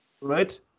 right